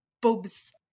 boobs